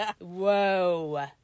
Whoa